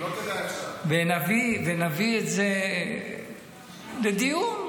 ונביא את זה לדיון,